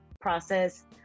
process